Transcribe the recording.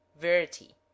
verity